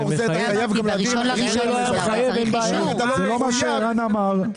זה לא מה שערן אמר.